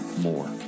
More